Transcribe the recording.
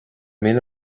míle